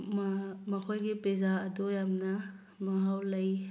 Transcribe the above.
ꯃꯈꯣꯏꯒꯤ ꯄꯤꯖꯥ ꯑꯗꯨ ꯌꯥꯝꯅ ꯃꯍꯥꯎ ꯂꯩ